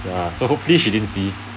ya so hopefully she didn't see